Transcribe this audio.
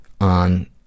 on